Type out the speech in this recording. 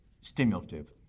stimulative